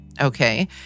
Okay